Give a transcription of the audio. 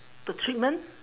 the treatment